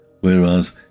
Whereas